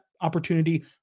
opportunity